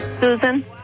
Susan